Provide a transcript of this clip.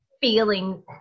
feeling